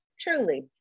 truly